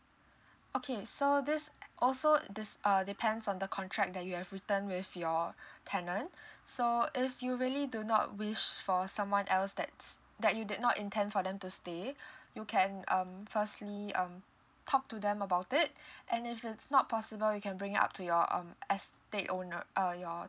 okay so this also this uh depends on the contract that you have written with your tenant so if you really do not wish for someone else that's that you did not intend for them to stay you can um firstly um talk to them about it and if it's not possible you can bring up to your um estate owner uh your